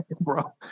bro